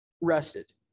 rested